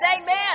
amen